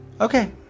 Okay